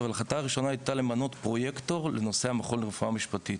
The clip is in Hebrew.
אבל ההחלטה הראשונה הייתה למנות פרויקטור לנושא המכון לרפואה משפטית.